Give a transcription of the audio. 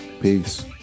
Peace